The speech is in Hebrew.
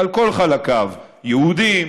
על כל חלקיו: יהודים,